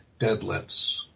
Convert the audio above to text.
deadlifts